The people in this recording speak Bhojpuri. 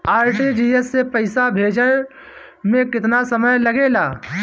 आर.टी.जी.एस से पैसा भेजे में केतना समय लगे ला?